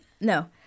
no